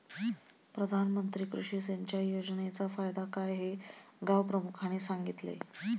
प्रधानमंत्री कृषी सिंचाई योजनेचा फायदा काय हे गावप्रमुखाने सांगितले